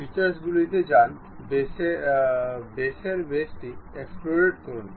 ফিচার্সগুলিতে যান বসের বেসটি এক্সট্রুড করুন